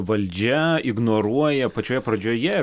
valdžia ignoruoja pačioje pradžioje